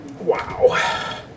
Wow